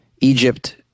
Egypt